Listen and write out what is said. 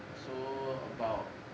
so about